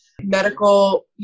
medical